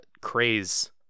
craze